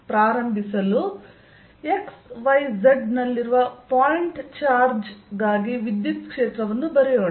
ಪ್ರಾರಂಭಿಸಲು x y z ನಲ್ಲಿರುವ point charge ಗಾಗಿ ವಿದ್ಯುತ್ ಕ್ಷೇತ್ರವನ್ನು ಬರೆಯೋಣ